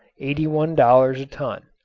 eighty one dollars a ton.